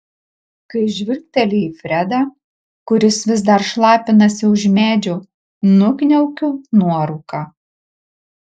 kai žvilgteli į fredą kuris vis dar šlapinasi už medžio nukniaukiu nuorūką